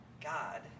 God